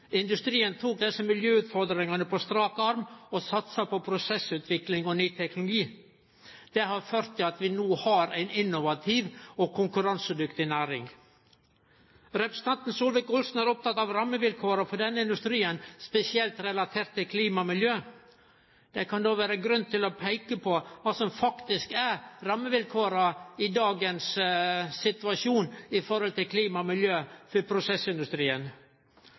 Industrien tok desse miljøutfordringane på strak arm og satsa på prosessutvikling og ny teknologi. Det har ført til at vi no har ei innovativ og konkurransedyktig næring. Representanten Solvik-Olsen er oppteken av rammevilkåra for denne industrien, spesielt relatert til klima og miljø. Der kan det òg vere grunn til å peike på kva som faktisk er rammevilkåra i dagens situasjon i forhold til klima og miljø for prosessindustrien.